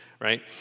right